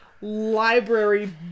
library